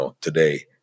today